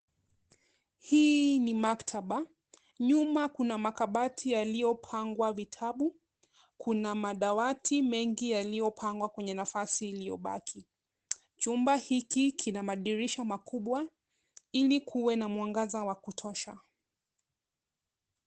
Hii ni maktaba. Nyuma kuna makabati yaliyopangwa vitabu. Kuna madawati mengi yaliyopangwa kwenye nafasi iliyobaki. Chumba hiki kina madirisha makubwa, ili kuwe na mwangaza wa kutosha.